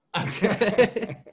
Okay